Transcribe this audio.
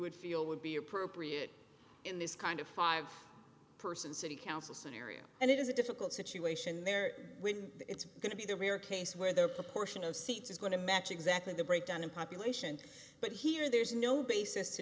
would feel would be appropriate in this kind of five person city council scenario and it is a difficult situation there when it's going to be the rare case where the proportion of seats is going to match exactly the breakdown in population but here there is no basis to